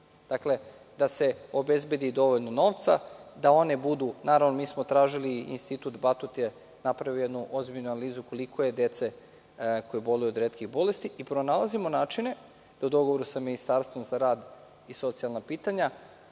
Dakle, da se obezbedi dovoljno novca da one budu… Naravno, tražili smo, i Institut Batut je napravio ozbiljnu analizu koliko je dece koja boluju od retkih bolesti, pronalazimo načine da u dogovoru sa Ministarstvom za rad i socijalna pitanja,